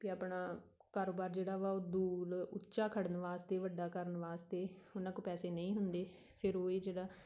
ਵੀ ਆਪਣਾ ਕਾਰੋਬਾਰ ਜਿਹੜਾ ਵਾ ਉਹ ਦੂਰ ਉੱਚਾ ਖੜ੍ਹਨ ਵਾਸਤੇ ਵੱਡਾ ਕਰਨ ਵਾਸਤੇ ਉਹਨਾਂ ਕੋਲ ਪੈਸੇ ਨਹੀਂ ਹੁੰਦੇ ਫਿਰ ਉਹ ਇਹ ਜਿਹੜਾ